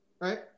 right